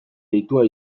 deitua